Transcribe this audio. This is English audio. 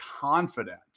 confidence